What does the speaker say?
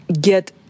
get